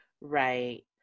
right